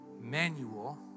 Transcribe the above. manual